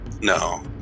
No